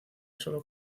sólo